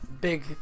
big